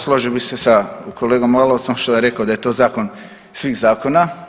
Složio bih se sa kolegom Lalovcem što je rekao da je to zakon svih zakona.